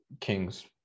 king's